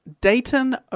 Dayton